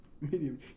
medium